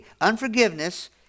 Unforgiveness